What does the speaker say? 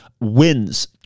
wins